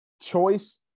choice